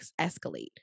escalate